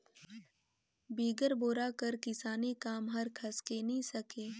बिगर बोरा कर किसानी काम हर खसके नी सके